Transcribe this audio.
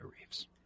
Reeves